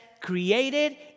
created